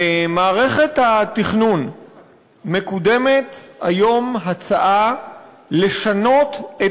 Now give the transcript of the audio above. במערכת התכנון מקודמת היום הצעה לשנות את